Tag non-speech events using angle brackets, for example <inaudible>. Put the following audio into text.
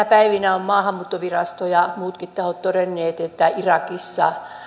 <unintelligible> päivinä ovat maahanmuuttovirasto ja muutkin tahot todenneet että irakissa